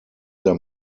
their